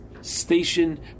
station